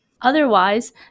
Otherwise